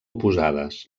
oposades